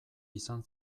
izan